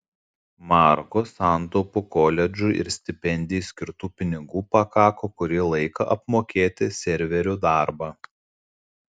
marko santaupų koledžui ir stipendijai skirtų pinigų pakako kurį laiką apmokėti serverių darbą